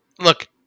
Look